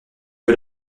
que